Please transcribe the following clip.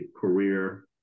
career